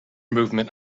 movement